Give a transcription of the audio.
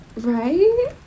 Right